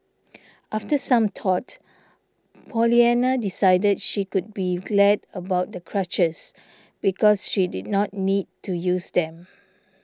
after some thought Pollyanna decided she could be glad about the crutches because she did not need to use them